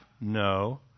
No